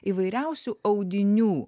įvairiausių audinių